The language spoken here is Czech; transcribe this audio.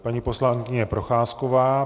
Paní poslankyně Procházková.